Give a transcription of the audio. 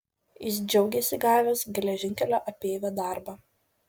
jis džiaugėsi gavęs geležinkelio apeivio darbą